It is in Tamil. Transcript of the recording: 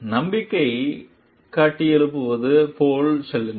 நம்பிக்கையை கட்டியெழுப்புவது போல் செல்லுங்கள்